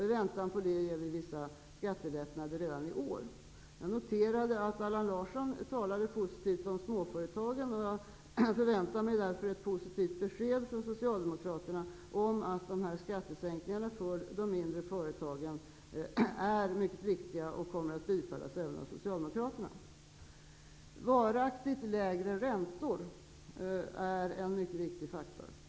I väntan på detta ger vi vissa skattelättnader redan i år. Jag noterade att Allan Larsson talade positivt om småföretagen. Jag förväntar mig därför ett positivt besked från Socialdemokraterna om att dessa skattesänkningar för de mindre företagen är mycket viktiga och att de kommer att bifallas även av Socialdemokraterna. Varaktigt lägre räntor är en mycket viktig faktor.